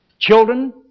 Children